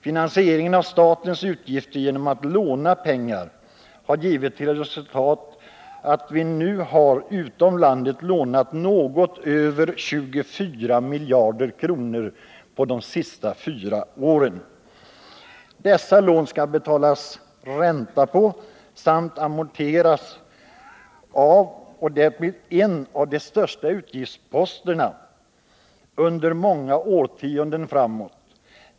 Finansieringen av statens utgifter genom att låna pengar har givit till resultat att vi nu under de fyra senaste åren har utom landet lånat över 24 miljarder kronor. På dessa lån skall betalas ränta, och de skall amorteras av. Det blir en av de största utgiftsposterna under många årtionden framåt.